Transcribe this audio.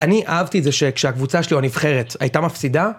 אני אהבתי את זה שכשהקבוצה שלי, הנבחרת, הייתה מפסידה.